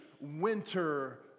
winter